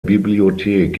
bibliothek